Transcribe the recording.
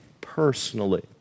personally